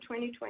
2020